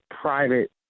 private